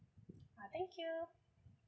uh thank you